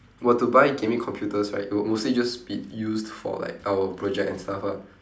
were to buy gaming computers right it would mostly just be used for like our project and stuff ah